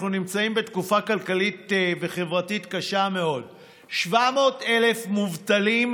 אנחנו נמצאים בתקופה כלכלית וחברתית קשה מאוד: 700,000 מובטלים,